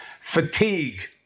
fatigue